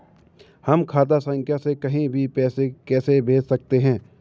हम खाता संख्या से कहीं भी पैसे कैसे भेज सकते हैं?